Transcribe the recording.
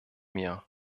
mir